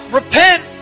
repent